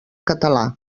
català